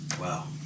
Wow